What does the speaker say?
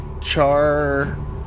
Char